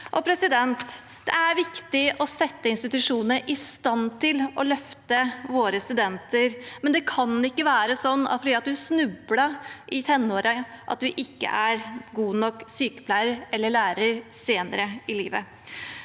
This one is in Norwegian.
klasserom. Det er viktig å sette institusjonene i stand til å løfte våre studenter, men det kan ikke være sånn at om du snublet i tenårene, er du ikke en god nok sykepleier eller lærer senere i livet.